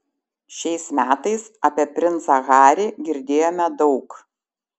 šiais metais apie princą harį girdėjome daug